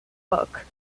book